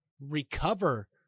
recover